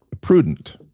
Prudent